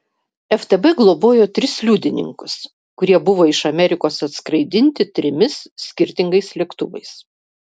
ftb globojo tris liudininkus kurie buvo iš amerikos atskraidinti trimis skirtingais lėktuvais